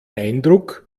eindruck